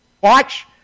watch